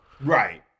Right